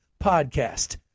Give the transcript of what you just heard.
podcast